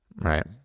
right